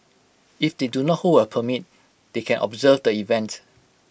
if they do not hold A permit they can observe the event